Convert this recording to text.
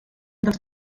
dels